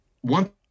one